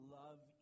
love